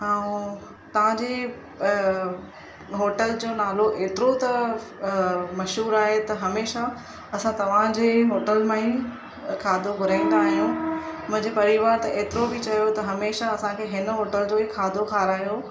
ऐं तव्हां जे होटल जो नालो एतिरो त मशहूरु आहे त हमेशह असां तव्हांजे होटल मां ई खाधो घुराईंदा आहियूं मुंहिंजे परिवार त एतिरो बि चयो त हमेशह असांखे हिन होटल जो ई खाधो खारायो